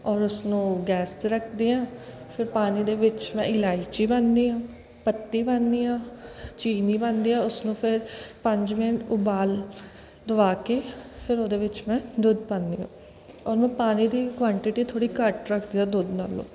ਔਰ ਉਸਨੂੰ ਗੈਸ 'ਤੇ ਰੱਖਦੀ ਆ ਫਿਰ ਪਾਣੀ ਦੇ ਵਿੱਚ ਮੈਂ ਇਲਾਇਚੀ ਪਾਉਂਦੀ ਹਾਂ ਪੱਤੀ ਪਾਉਂਦੀ ਹਾਂ ਚੀਨੀ ਪਾਉਂਦੀ ਹਾਂ ਉਸਨੂੰ ਫਿਰ ਪੰਜ ਮਿੰਟ ਉਬਾਲ ਦਵਾ ਕੇ ਫਿਰ ਉਹਦੇ ਵਿੱਚ ਮੈਂ ਦੁੱਧ ਪਾਉਂਦੀ ਹਾਂ ਉਹਨੂੰ ਪਾਣੀ ਦੀ ਕੁਆਨਟਿਟੀ ਥੋੜ੍ਹੀ ਘੱਟ ਰੱਖਦੀ ਹਾਂ ਦੁੱਧ ਨਾਲੋਂ